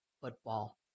football